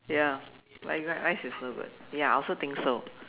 ya white rice is so good ya also think so